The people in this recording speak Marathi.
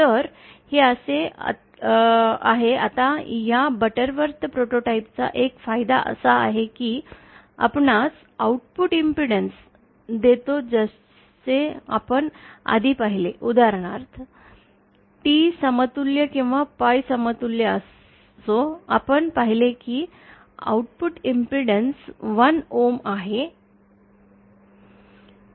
तर हे असे आहे आता या बटरवर्थ प्रोटोटाइप चा एक फायदा असा आहे की आपणास आउटपुट इम्पेडन्स देतो जसे आपण आधी पाहिले उदाहरण उदाहरणार्थ T समतुल्य किंवा Pi समतुल्य असो आपण पाहिले की आउटपुट इम्पेडन्स 1 ओहम आहे